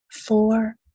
four